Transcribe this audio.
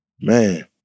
man